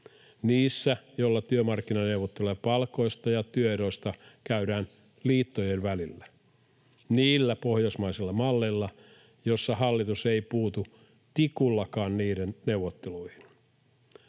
niillä, joilla työmarkkinaneuvotteluja palkoista ja työehdoista käydään liittojen välillä, niillä pohjoismaisilla malleilla, joissa hallitus ei puutu tikullakaan niiden neuvotteluihin.